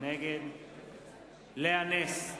נגד לאה נס,